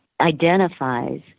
identifies